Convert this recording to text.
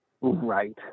right